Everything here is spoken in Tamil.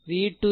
v2 72